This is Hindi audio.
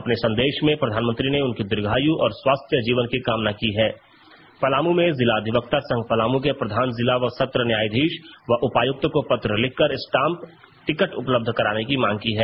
अपने संदेश में प्रधानमंत्री ने उनकी दीर्घायु और स्वस्थ जीवन की कामना की है पलामू में जिला अधिवक्ता संघ पलामू के प्रधान जिला व सत्र न्यायाधीश व उपायुक्त को पत्र लिखकर स्टाम्प टिकट उपलब्ध कराने की मांग की है